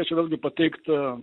tačiau vėlgi pateikt